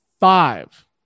Five